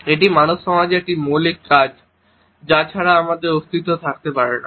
এটি মানব সমাজের একটি মৌলিক কাজ যা ছাড়া আমাদের অস্তিত্ব থাকতে পারে না